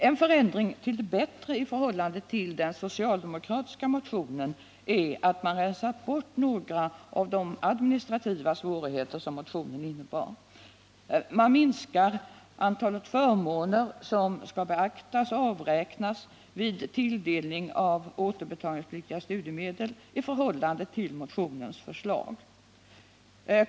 En förändring till det bättre i förhållande till den socialdemokratiska motionen är att man i utskottets förslag rensat bort några av de administrativa svårigheter som motionsförslaget skulle medföra. Man minskar antalet förmåner som skall beaktas och avräknas vid tilldelning av återbetalningspliktiga studiemedel i förhållande till vad som föreslås i motionen.